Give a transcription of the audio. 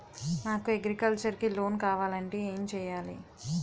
నాకు అగ్రికల్చర్ కి లోన్ కావాలంటే ఏం చేయాలి?